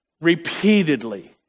repeatedly